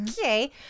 Okay